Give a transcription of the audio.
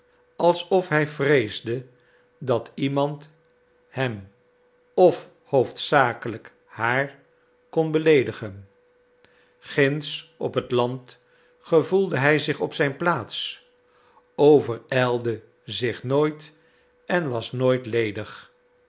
alsof hij vreesde dat iemand hem of hoofdzakelijk haar kon beleedigen ginds op het land gevoelde hij zich op zijn plaats overijlde zich nooit en was nooit ledig